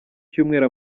cyumweru